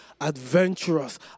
adventurous